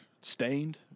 Stained